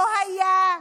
לא היה,